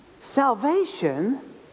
salvation